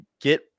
get